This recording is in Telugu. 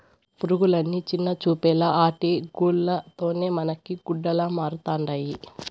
పురుగులని చిన్నచూపేలా ఆటి గూల్ల తోనే మనకి గుడ్డలమరుతండాయి